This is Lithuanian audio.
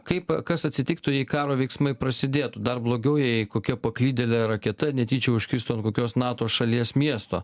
kaip kas atsitiktų jei karo veiksmai prasidėtų dar blogiau jei kokia paklydėlė raketa netyčia užkristų ant kokios nato šalies miesto